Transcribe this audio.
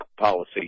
policy